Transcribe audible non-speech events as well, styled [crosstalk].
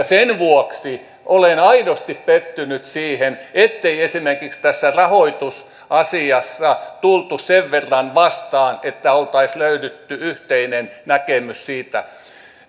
[unintelligible] sen vuoksi olen aidosti pettynyt siihen ettei esimerkiksi tässä rahoitusasiassa tultu sen verran vastaan että olisi löydetty yhteinen näkemys siitä